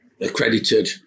accredited